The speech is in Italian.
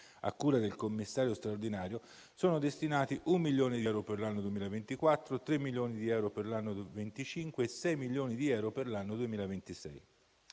a cura del Commissario straordinario, sono destinati un milione di euro per l'anno 2024, tre milioni di euro per l'anno 2025 e sei milioni di euro per l'anno 2026.